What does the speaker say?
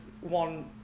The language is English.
One